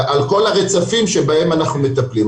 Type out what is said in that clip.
על כל הרצפים שבהם אנחנו מטפלים.